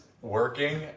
working